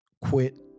quit